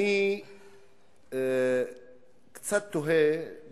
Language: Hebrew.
אני קצת תוהה